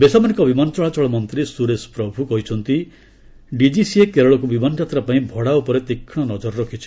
ବେସାମରିକ ବିମାନ ଚଳାଚଳ ମନ୍ତ୍ରୀ ସୁରେଶ ପ୍ରଭୁ କହିଛନ୍ତି ଡିଜିସିଏ କେରଳକୁ ବିମାନ ଯାତ୍ରା ପାଇଁ ଭଡ଼ା ଉପରେ ତୀକ୍ଷ୍ମ ନଜର ରଖିଛି